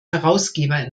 herausgeber